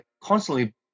constantly